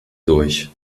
durch